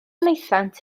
wnaethant